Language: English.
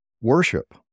worship